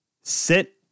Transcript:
sit